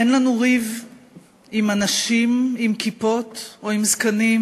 "אין לנו ריב עם אנשים עם כיפות או עם זקנים",